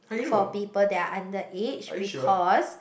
for people that are underage because